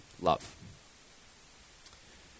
love